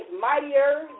mightier